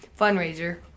fundraiser